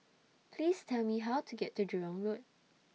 Please Tell Me How to get to Jurong Road